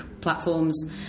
platforms